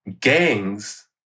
Gangs